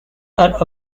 are